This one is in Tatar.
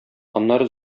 аннары